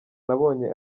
nabonye